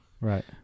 Right